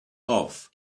off